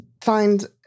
find